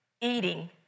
eating